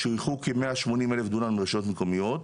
שוייכו כמאה שמונים אלף דונם לרשויות מקומיות.